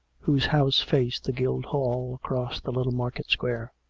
whose house faced the guildhall across the little market-square.